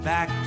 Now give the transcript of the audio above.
Back